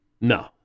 No